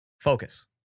focus